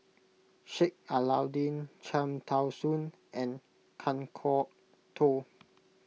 Sheik Alau'ddin Cham Tao Soon and Kan Kwok Toh